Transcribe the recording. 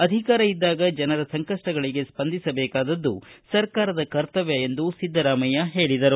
ಅಧಿಕಾರ ಇದ್ದಾಗ ಜನರ ಸಂಕಪ್ಪಗಳಿಗೆ ಸ್ವಂದಿಸಬೇಕಾದದ್ದು ಸರ್ಕಾರದ ಕರ್ತವ್ಯ ಎಂದು ಸಿದ್ದರಾಮಯ್ಯ ಹೇಳಿದರು